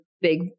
big